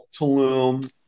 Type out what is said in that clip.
Tulum